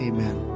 Amen